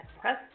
Press